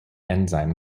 enzyme